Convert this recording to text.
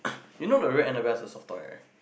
you know the real Annabelle is a soft toy right